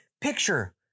picture